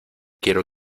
quiero